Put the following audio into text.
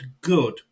good